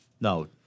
No